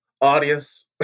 audience